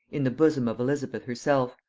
in the bosom of elizabeth herself,